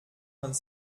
vingt